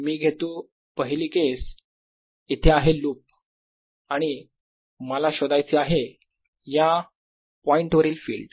मी घेतो पहिली केस इथे आहे लूप आणि मला शोधायचे आहे या पॉईंट वरील फिल्ड